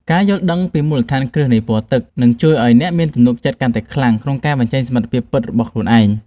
ការយល់ដឹងពីមូលដ្ឋានគ្រឹះនៃពណ៌ទឹកនឹងជួយឱ្យអ្នកមានទំនុកចិត្តកាន់តែខ្លាំងក្នុងការបញ្ចេញសមត្ថភាពពិតរបស់ខ្លួនឯង។